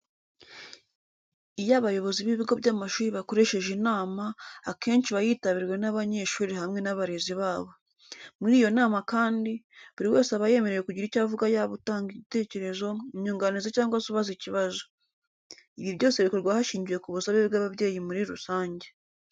Iyo abayobozi b'ibigo by'amashuri bakoresheje inama, akenshi iba yitabiriwe n'abanyeshuri hamwe n'abarezi babo. Muri iyo nama kandi, buri wese aba yemerewe kugira icyo avuga yaba utanga igitekerezo, inyunganizi cyangwa se ubaza ikibazo. Ibi byose bikorwa hashingiwe ku busabe bw'ababyeyi muri rusange.